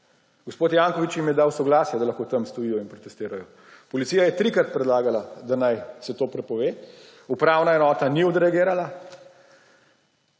Gospod Janković jim je dal soglasje, da lahko tam stojijo in protestirajo. Policija je trikrat predlagala, da se naj to prepove, upravna enota ni odreagirala,